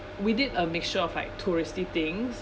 we did a mixture of like touristy things